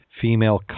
female